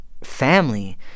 family